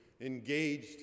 engaged